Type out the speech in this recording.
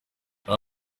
aha